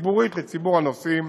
ציבורית לציבור הנוסעים,